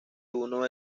uno